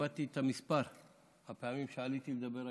איבדתי את מספר הפעמים שעליתי לדבר היום,